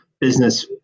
business